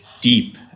deep